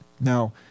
Now